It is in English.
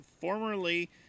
formerly